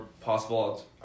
possible